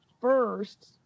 first